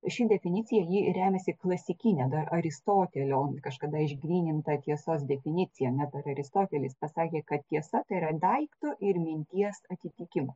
ši definicija ji remiasi klasikine dar aristotelio kažkada išgryninta tiesos definicija matot aristotelis pasakė kad tiesa tėra daikto ir minties atitikimas